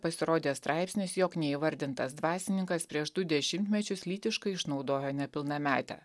pasirodė straipsnis jog neįvardintas dvasininkas prieš du dešimtmečius lytiškai išnaudojo nepilnametę